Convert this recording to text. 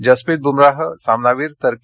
जसप्रीत बुमरा सामनावीर तर के